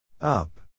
Up